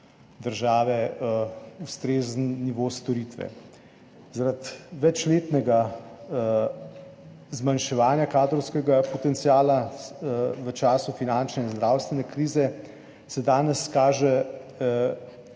države ustrezen nivo storitve. Zaradi večletnega zmanjševanja kadrovskega potenciala v času finančne in zdravstvene krize se danes kaže